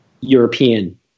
European